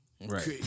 Right